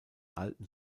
alten